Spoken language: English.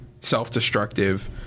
self-destructive